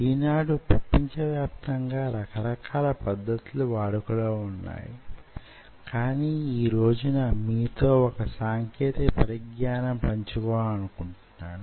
ఒకసారి మీ తీటా కోణాన్ని సగటును లెక్క కట్టినట్లయితే మీరొక సమీకరణాన్ని ఉపయోగించగలరు